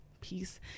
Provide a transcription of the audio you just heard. peace